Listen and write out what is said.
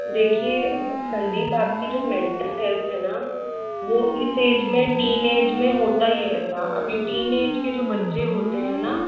देखिए संदीप आपकी जो मेंटल हेल्थ है वो इस ऐज में टीन ऐज में होता ही है ऐसा अभी टीन ऐज के जो बच्चे होते है ना